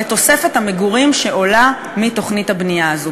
לתוספת המגורים שעולה מתוכנית הבנייה הזאת.